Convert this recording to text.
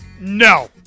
No